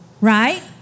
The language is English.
right